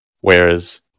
Whereas